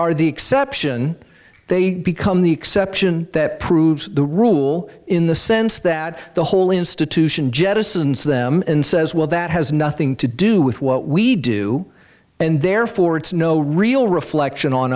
are the exception they become the exception that proves the rule in the sense that the whole institution jettisons them and says well that has nothing to do with what we do and therefore it's no real reflection on